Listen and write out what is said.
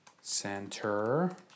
center